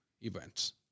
events